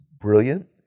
brilliant